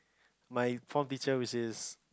my form teacher which is